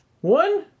one